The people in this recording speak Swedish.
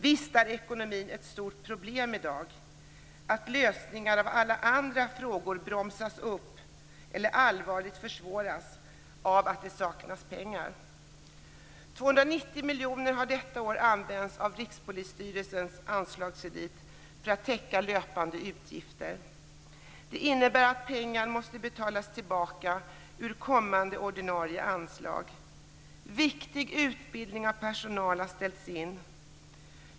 Visst är ekonomin ett stort problem i dag. Lösningen av alla frågor bromsas upp eller försvåras allvarligt av att det saknas pengar. 290 miljoner har detta år använts av Rikspolisstyrelsens anslagskredit för att täcka löpande utgifter. Det innebär att pengar måste betalas tillbaka ur kommande ordinarie anslag. Viktig utbildning av personal har ställts in.